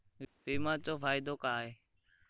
विमाचो फायदो काय?